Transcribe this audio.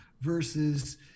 versus